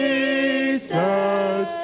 Jesus